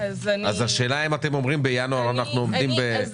השאלה אם אתם אומרים שבינואר אנחנו עומדים בזה.